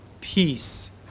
peace